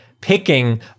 picking